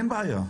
אין בעיה.